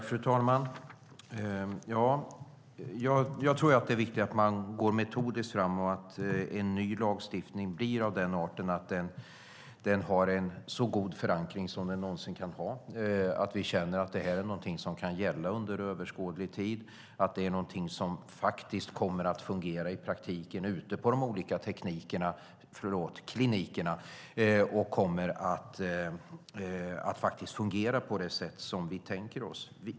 Fru talman! Jag tror att det är viktigt att gå metodiskt fram och att en ny lagstiftning blir av den arten att den har en så god förankring som den någonsin kan ha. Det är viktigt att vi känner att det är någonting som kan gälla under överskådlig tid och som kommer att fungera i praktiken ute på de olika klinikerna på det sätt som vi tänker oss.